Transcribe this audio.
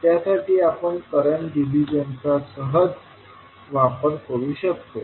त्यासाठी आपण करंट डिव्हिजनचा सहज वापर करू शकतो